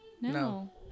No